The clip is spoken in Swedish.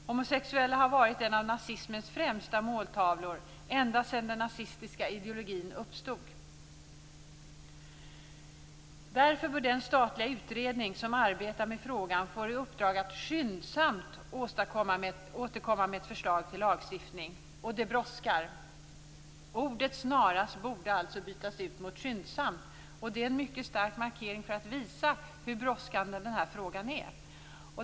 Homosexuella har varit en av nazismens främsta måltavlor ända sedan den nazistiska ideologin uppstod. Därför bör den statliga utredning som arbetar med frågan få i uppdrag att skyndsamt återkomma med ett förslag till lagstiftning. Det brådskar. Ordet snarast borde alltså bytas ut mot skyndsamt. Det är en mycket stark markering för att visa hur brådskande den här frågan är.